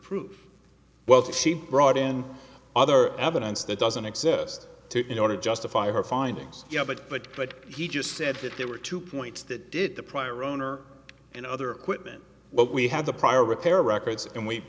proof well she brought in other evidence that doesn't exist in order to justify her findings yeah but but but he just said that there were two points that did the prior owner and other equipment but we had the prior repair records and we